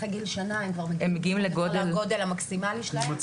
אחרי גיל שנה הם כבר מגיעים לגודל המקסימלי שלהם.